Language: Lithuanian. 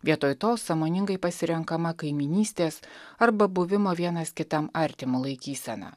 vietoj to sąmoningai pasirenkama kaimynystės arba buvimo vienas kitam artimu laikysena